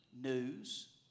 news